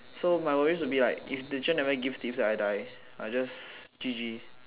so my worries will be like if the teacher never give tips right I die I just G_G